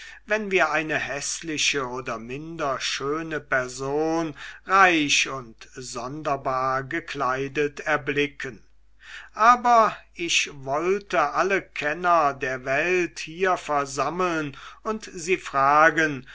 wenn wir eine häßliche oder minder schöne person reich und sonderbar gekleidet erblicken aber ich wollte alle kenner der welt hier versammeln und sie fragen